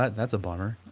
but and that's a honor